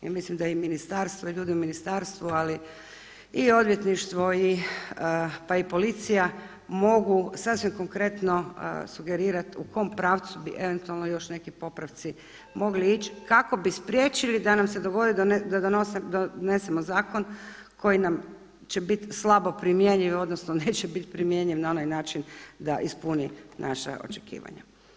I mislim da i ministarstvo i ljudi u ministarstvu i odvjetništvo pa i policija mogu sasvim konkretno sugerirat u kom pravcu bi eventualno još neki popravci mogli ići kako bi spriječili da nam se dogodi da donesemo zakon koji nam će biti slabo primjenjiv odnosno neće biti primjenjiv na onaj način da ispuni naša očekivanja.